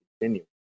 continue